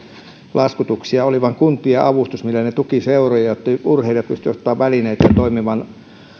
laskutuksia oli vain kuntien avustus millä ne tukivat seuroja jotta urheilijat pystyivät ostamaan välineitä ja toimimaan